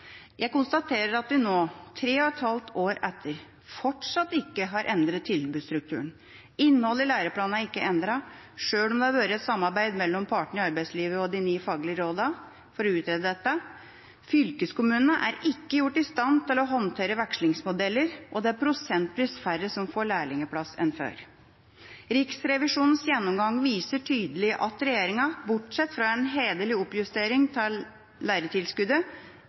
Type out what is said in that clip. Jeg konstaterer at vi nå, tre og et halvt år etter, fortsatt ikke har endret tilbudsstrukturen. Innholdet i læreplanene er ikke endret, selv om det har vært et samarbeid mellom partene i arbeidslivet og de ni faglige rådene for å utrede dette. Fylkeskommunene er ikke gjort i stand til å håndtere vekslingsmodeller, og det er prosentvis færre som får lærlingplass enn før. Riksrevisjonens gjennomgang viser tydelig at regjeringa – bortsett fra en hederlig oppjustering av